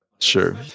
sure